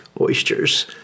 oysters